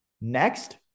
Next